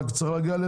רק צריך להגיע להסכם.